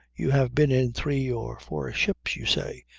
you have been in three or four ships, you say.